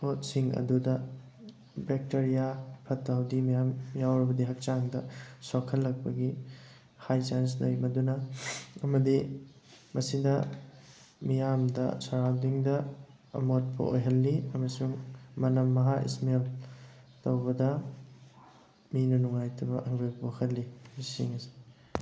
ꯄꯣꯠꯁꯤꯡ ꯑꯗꯨꯗ ꯕꯦꯛꯇꯔꯤꯌꯥ ꯐꯠꯇ ꯐꯥꯎꯊꯤ ꯃꯌꯥꯝ ꯌꯥꯎꯔꯕꯗꯤ ꯍꯛꯆꯥꯡꯗ ꯁꯣꯛꯍꯜꯂꯛꯄꯒꯤ ꯍꯥꯏ ꯆꯥꯟꯁ ꯂꯩ ꯃꯗꯨꯅ ꯑꯃꯗꯤ ꯃꯁꯤꯅ ꯃꯤꯌꯥꯝꯗ ꯁꯔꯥꯎꯟꯗꯤꯡꯗ ꯑꯃꯣꯠꯄ ꯑꯣꯏꯍꯜꯂꯤ ꯑꯃꯁꯨꯡ ꯃꯅꯝ ꯃꯍꯥ ꯏꯁꯃꯦꯜ ꯇꯧꯕꯗ ꯃꯤꯅ ꯅꯨꯡꯉꯥꯏꯇꯕ ꯍꯪꯒꯣꯏꯕ ꯄꯣꯛꯍꯜꯂꯤ ꯑꯁꯤꯁꯤꯡ ꯑꯁꯤ